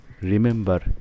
remember